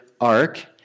ark